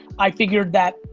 i figured that,